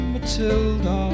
Matilda